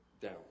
down